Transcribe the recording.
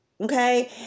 Okay